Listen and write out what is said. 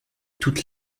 toute